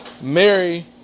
Mary